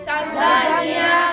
Tanzania